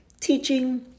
teaching